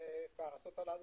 בארצות הללו.